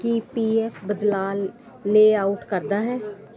ਕੀ PF ਐਫ ਬਦਲਾਅ layout ਕਰਦਾ ਹੈ